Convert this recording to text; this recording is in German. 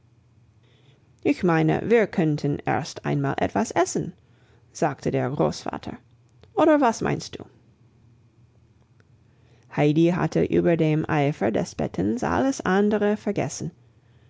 ich meine wir könnten erst einmal etwas essen sagte der großvater oder was meinst du heidi hatte über dem eifer des bettens alles andere vergessen